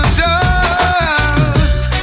dust